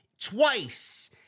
twice